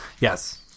Yes